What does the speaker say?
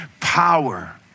power